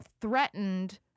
threatened